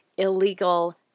illegal